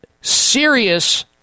serious